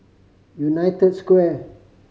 United Square